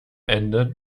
ende